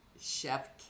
Chef